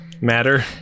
matter